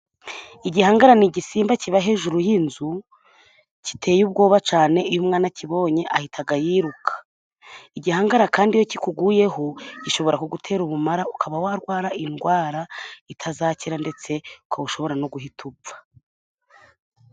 Igihangara ni igisimba kiba hejuru y'inzu giteye ubwoba cyane, iyo umwana akibonye ahitaga yiruka. Igihangara kandi iyo kikuguyeho, gishobora kugutera ubumara, ukaba warwara indwara itazakira, ndetse ushobora no guhita upfa.